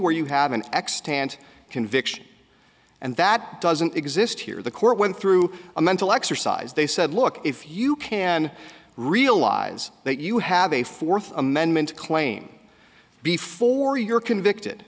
where you have an ex tant conviction and that doesn't exist here the court went through a mental exercise they said look if you can realize that you have a fourth amendment claim before you're convicted